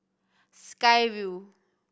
Sky Vue